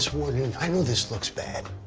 so warden, and i know this looks bad.